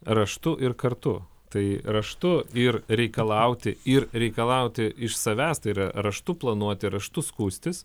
raštu ir kartu tai raštu ir reikalauti ir reikalauti iš savęs tai yra raštu planuoti raštu skųstis